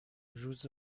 روز